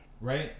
right